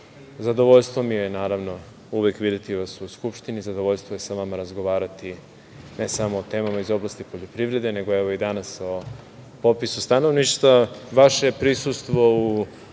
zadovoljstvo mi je, naravno, uvek videti vas u Skupštini. Zadovoljstvo je sa vama razgovarati ne samo o temama iz oblasti poljoprivrede, nego, evo, i danas o popisu stanovništva. Vaše prisustvo u